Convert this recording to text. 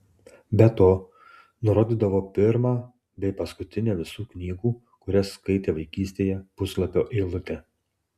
be to nurodydavo pirmą bei paskutinę visų knygų kurias skaitė vaikystėje puslapio eilutę